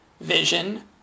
vision